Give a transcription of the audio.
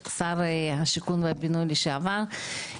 שר השיכון והבינוי לשעבר.